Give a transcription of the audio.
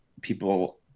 people